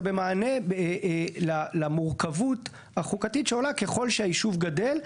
זה במענה למורכבות החוקתית שעולה ככל שהיישוב גדל.